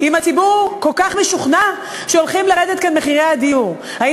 אם הציבור כל כך משוכנע שמחירי הדיור כאן הולכים לרדת?